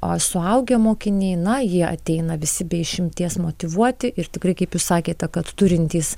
a suaugę mokiniai na jie ateina visi be išimties motyvuoti ir tikrai kaip jūs sakėte kad turintys